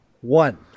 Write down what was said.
One